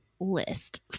List